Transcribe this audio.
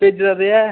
भेज्जे दा ते ऐ